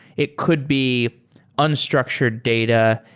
it could be unstructured data.